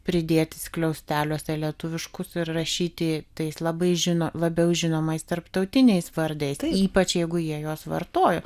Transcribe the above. pridėti skliausteliuose lietuviškus ir rašyti tais labai žino labiau žinomais tarptautiniais vardais ypač jeigu jie juos vartojo